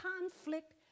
conflict